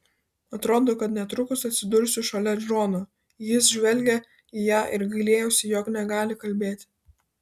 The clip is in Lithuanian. atrodo kad netrukus atsidursiu šalia džono jis žvelgė į ją ir gailėjosi jog negali kalbėti